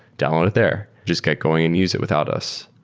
download it there. just get going and use it without us.